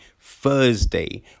Thursday